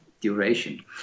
duration